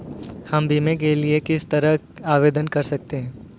हम बीमे के लिए किस तरह आवेदन कर सकते हैं?